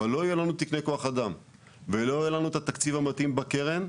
אבל לא יהיו לנו תקני כוח אדם ולא יהיה לנו את התקציב המתאים בקרן,